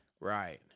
Right